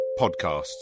podcasts